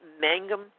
Mangum